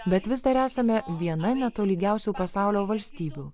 bet vis dar esame viena netolygiausių pasaulio valstybių